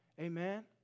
Amen